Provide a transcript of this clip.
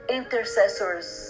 intercessors